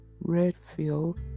Redfield